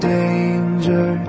danger